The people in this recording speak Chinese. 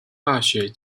大学